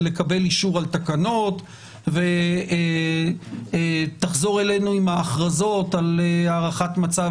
לקבל אישור על תקנות ותחזור אלינו עם הכרזות על הארכת מצב